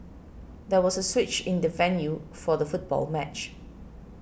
there was a switch in the venue for the football match